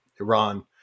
Iran